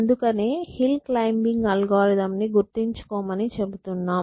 అందుకనే hill climbing algorithm ని గుర్తుంచుకోమని చెబుతున్నాను